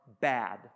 bad